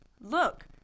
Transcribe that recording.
Look